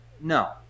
No